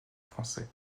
français